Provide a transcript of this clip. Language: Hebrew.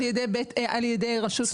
יש החלטות שניתנות על ידי רשות האוכלוסין